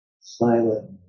silent